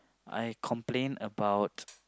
I complain about